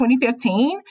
2015